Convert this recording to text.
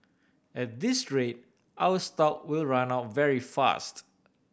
at this rate our stock will run out very fast